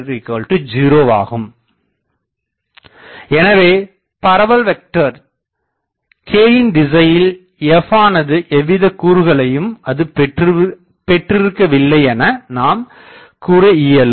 slide நேரம் காண்க 1638 எனவே பரவல் வெக்டர் kயின் திசையில் f ஆனது எவ்வித கூறுகளையும் அது பெற்றிருக்கவில்லையென நாம் கூறயியலும்